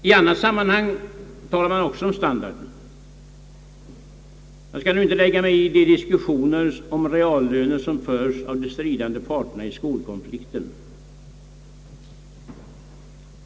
I annat sammanhang talar man också om standard. Jag skall inte lägga mig i de diskussioner om reallöner som förs av de stridande parterna i skolkonflikten.